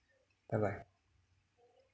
bye bye